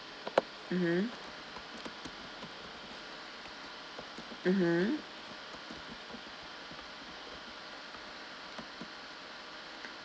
mmhmm mmhmm